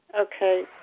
Okay